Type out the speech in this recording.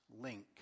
link